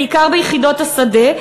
בעיקר ביחידות השדה,